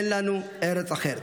אין לנו ארץ אחרת.